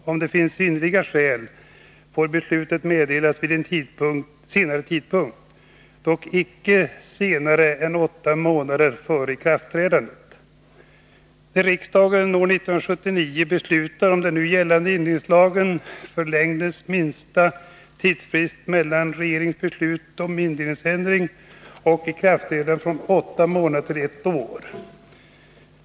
När riksdagen år 1979 beslutade om den nu gällande indelningslagen, förlängdes minsta tidsfristen mellan regeringens beslut om indelningsändring och ikraftträdandet från åtta månader till ett år.